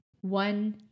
one